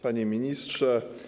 Panie Ministrze!